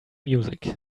music